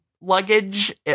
luggage